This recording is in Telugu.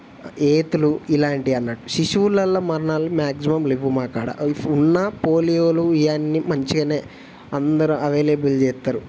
ఏతులు ఇలాంటివి అన్నట్టు శిశువులలో మరణాలు మ్యాగ్జిమం లేవు మాకాడ ఉన్నా పోలియోలు ఇవన్నీ మంచిగానే అందరు అవైలబుల్ చేస్తారు